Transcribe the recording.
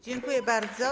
Dziękuję bardzo.